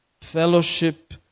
fellowship